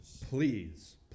Please